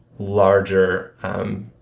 larger